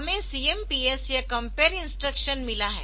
हमें CMPS या compare instruction मिला है